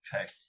Okay